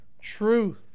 truth